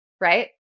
right